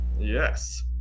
yes